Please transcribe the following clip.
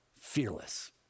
Fearless